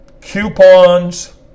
coupons